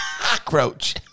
Cockroach